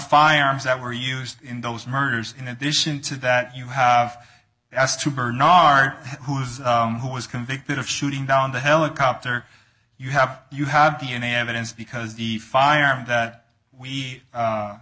firearms that were used in those murders in addition to that you have to bernard who's who was convicted of shooting down the helicopter you have you have d n a evidence because the firearm that we